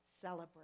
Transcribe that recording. celebrate